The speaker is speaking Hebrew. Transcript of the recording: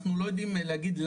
אנחנו לא יכולים להגיד,